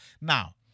Now